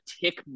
tick –